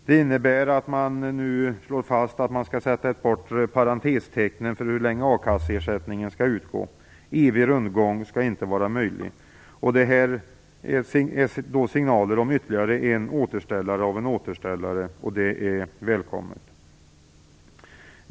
Det innebär att man skall sätta ett bortre parantestecken för hur länge akasseersättningen kan utgå. Evig rundgång skall inte vara möjlig. Det är en signal om en återställare av en återställare. Det är välkommet.